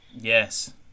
Yes